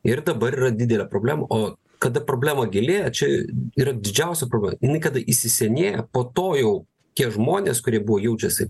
ir dabar yra didelė problema o kada problema gili čia yra didžiausia problema jinai kada įsisenėja po to jau tie žmonės kurie buvo jaučiasi